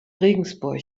regensburg